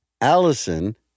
Allison